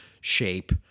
shape